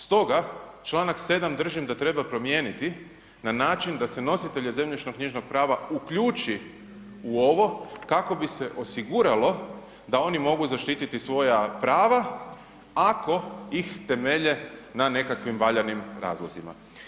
Stoga članak 7. držim da treba promijeniti na način da se nositelja zemljišnoknjižnog prava uključi u ovo kako bi se osiguralo da oni mogu zaštititi svoja prava ako ih temelje na nekakvim valjanim razlozima.